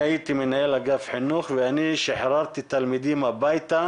אני הייתי מנהל אגף חינוך ואני שחררתי תלמידים הביתה